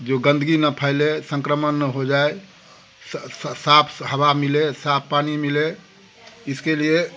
जो गंदगी ना फैले संक्रमण ना हो जाए साफ़ साफ़ हवा मिले साफ़ पानी मिले इसके लिए